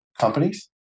companies